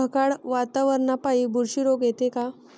ढगाळ वातावरनापाई बुरशी रोग येते का?